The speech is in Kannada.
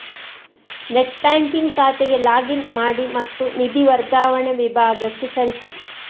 ನೆಟ್ ಬ್ಯಾಂಕಿಂಗ್ ಖಾತೆಗೆ ಲಾಗ್ ಇನ್ ಮಾಡಿ ಮತ್ತು ನಿಧಿ ವರ್ಗಾವಣೆ ವಿಭಾಗಕ್ಕೆ ಸರಿಸಿ